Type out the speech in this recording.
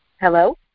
Hello